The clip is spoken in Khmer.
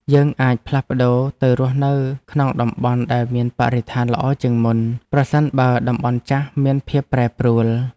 យើងអាចផ្លាស់ប្តូរទៅរស់នៅក្នុងតំបន់ដែលមានបរិស្ថានល្អជាងមុន ប្រសិនបើតំបន់ចាស់មានភាពប្រែប្រួល។